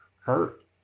hurt